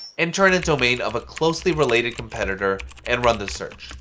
enter in a domain of a closely related competitor, and run the search.